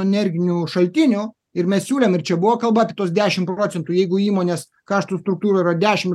energinių šaltinių ir mes siūlėm ir čia buvo kalba apie tuos dešim procentų jeigu įmonės kaštų struktūroj yra dešim